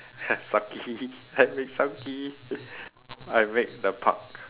have funky head with funky I make the park